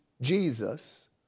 Jesus